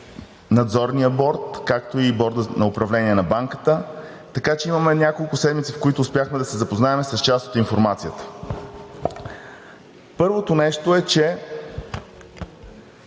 Надзорния борд, както и Борда на управление на банката, така че имаме няколко седмици, в които успяхме да се запознаем с част от информацията. Първото нещо е, че…